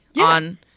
On